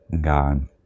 god